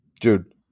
Dude